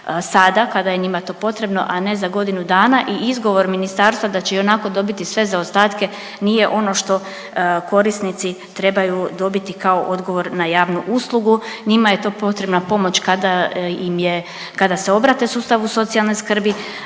sada kada je njima to potrebno, a ne za godinu dana i izgovor ministarstva da će ionako dobiti sve zaostatke nije ono što korisnici trebaju dobiti kao odgovor na javnu uslugu. Njima je to potrebna pomoć kada im je, kada se obrate sustavu socijalne skrbi,